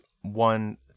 one